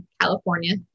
California